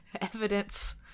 evidence